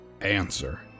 answer